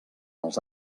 els